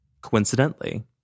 coincidentally